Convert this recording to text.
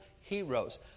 heroes